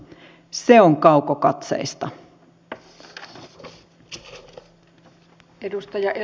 se on kaukokatseista